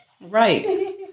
Right